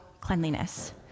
cleanliness